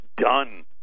done